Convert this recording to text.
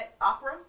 opera